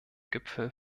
gipfel